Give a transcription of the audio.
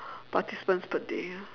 participants per day ya